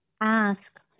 ask